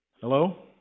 Hello